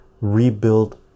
rebuild